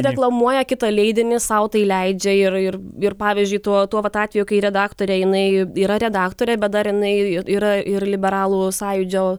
reklamuoja kito leidinį sau tai leidžia ir ir ir pavyzdžiui tuo tuo vat atveju kai redaktorė jinai yra redaktorė bet dar jinai yra ir liberalų sąjūdžio